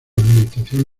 administración